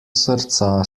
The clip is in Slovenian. srca